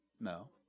No